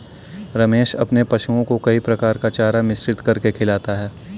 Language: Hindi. रमेश अपने पशुओं को कई प्रकार का चारा मिश्रित करके खिलाता है